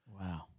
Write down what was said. Wow